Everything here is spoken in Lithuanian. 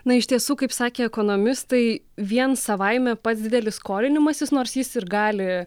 na iš tiesų kaip sakė ekonomistai vien savaime pats didelis skolinimasis nors jis ir gali